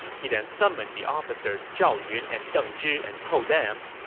he then summoned the officers zhao yun and deng zhi and told them,